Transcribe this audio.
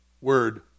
Word